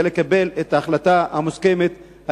כדי לקבל את ההחלטה המוסכמת,